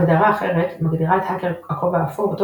הגדרה אחרת מגדירה את האקר הכובע האפור בתור